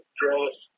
draws